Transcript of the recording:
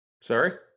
Sorry